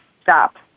stop